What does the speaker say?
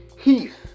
Heath